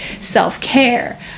self-care